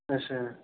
अच्छा